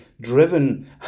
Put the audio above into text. driven